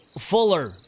Fuller